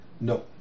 No